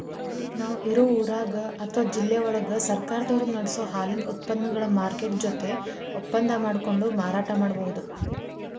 ನಾವ್ ಇರೋ ಊರಾಗ ಅತ್ವಾ ಜಿಲ್ಲೆವಳಗ ಸರ್ಕಾರದವರು ನಡಸೋ ಹಾಲಿನ ಉತ್ಪನಗಳ ಮಾರ್ಕೆಟ್ ಜೊತೆ ಒಪ್ಪಂದಾ ಮಾಡ್ಕೊಂಡು ಮಾರಾಟ ಮಾಡ್ಬಹುದು